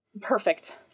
Perfect